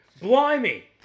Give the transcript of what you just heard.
Blimey